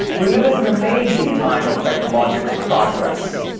we live as an amazing time of technological progress.